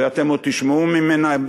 ואתם עוד תשמעו ממנה.